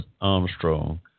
Armstrong